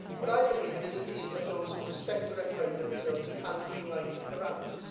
but i believe it is a deal that those who respect the referendum result can unite around.